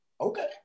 okay